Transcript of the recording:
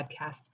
Podcast